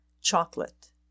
Chocolate